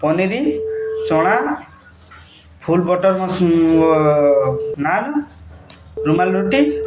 ପନିର୍ ଚଣା ଫୁଲ୍ ବଟର୍ ନାନ୍ ରୁମାଲ୍ ରୁଟି